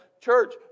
church